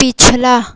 पिछला